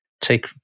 take